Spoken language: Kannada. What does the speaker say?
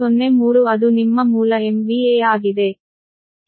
003 ಅದು ನಿಮ್ಮ ಮೂಲ MVA ಆಗಿದೆ